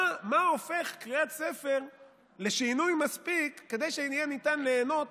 מה הופך קריאת ספר לשינוי מספיק כדי שיהיה ניתן ליהנות